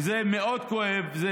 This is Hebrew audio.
וזה מאוד כואב.